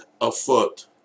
afoot